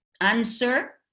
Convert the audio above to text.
answer